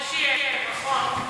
(הארכת רישיון לישיבת ביקור),